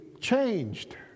changed